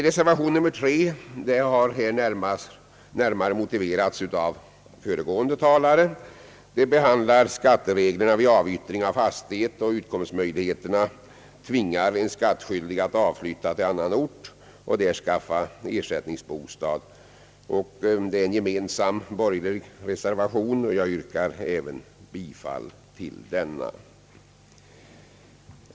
Reservation 3 har närmare motiverats av föregående talare. Den behandlar skattereglerna vid avyttring av fastighet, då utkomstmöjligheterna tvingar den skattskyldige att avflytta till annan ort och där skaffa ersättningsbostad. Detta är en gemensam borgerlig reservation och jag yrkar bifall även till denna.